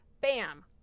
Bam